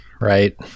right